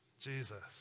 Jesus